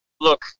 look